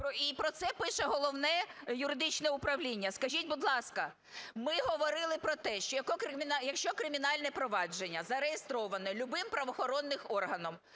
І про це пише Головне юридичне управління. Скажіть, будь ласка, ми говорили про те, що якщо кримінальне провадження зареєстровано любим правоохоронним органом,